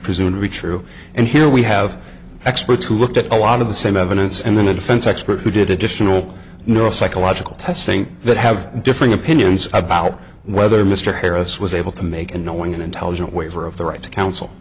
presumed to be true and here we have experts who looked at a lot of the same evidence and then a defense expert who did additional know psychological testing would have differing opinions about whether mr harris was able to make a knowing and intelligent waiver of the right to counsel